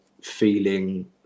feeling